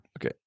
Okay